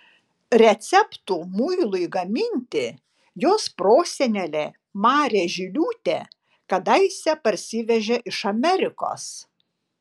receptų muilui gaminti jos prosenelė marė žiliūtė kadaise parsivežė iš amerikos